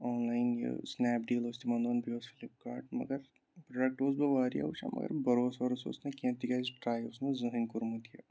online یہِ Snapdeal اوس تِمَن دۄہَن بیٚیہِ اوس فِلِپکاٹ مگر پرٛوڈَکٹ اوس بہٕ واریاہ وٕچھان مگر بَروسہٕ وَروس اوس نہٕ کینٛہہ تِکیازِ ٹرٛے اوس نہٕ زٕہٕنۍ کوٚرمُت یہِ